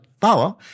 power